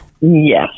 Yes